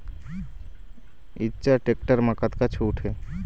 Eicher tractor म कतका छूट हे?